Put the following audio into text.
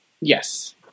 Yes